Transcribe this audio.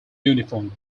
uniform